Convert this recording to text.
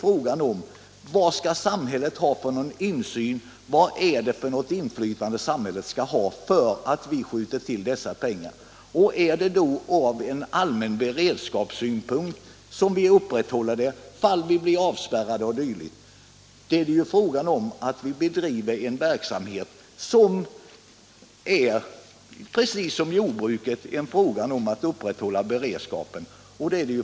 Frågan är emellertid: Vad skall samhället ha för insyn och inflytande om vi skall skjuta till dessa pengar? Vi måste ur allmän beredskapssynpunkt upprätthålla en verksamhet för den händelse att vi blir avspärrade e. d., precis som på jordbrukets område.